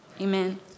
amen